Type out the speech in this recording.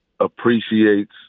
appreciates